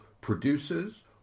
producers